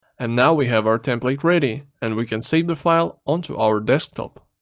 and now we have our template ready and we can save the file onto our desktop.